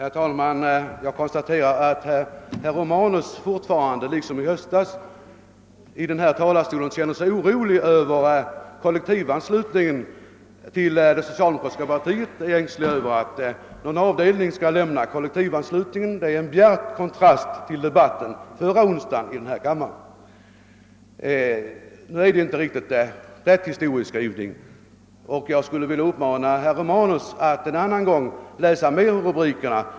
Herr talman! Jag konstaterar att herr Romanus fortfarande, liksom i höstas, i denna talarstol ömmar för kollektivanslutningen till det socialdemokratiska partiet och är ängslig för att någon avdelning skall överge den. Det står i bjärt kontrast till debatten i denna kammare förra onsdagen. Herr Romanus” = historieskrivning är emellertid inte alldeles riktig. Jag skulle vilja uppmana honom att en annan gång läsa mer än rubrikerna.